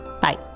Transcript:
Bye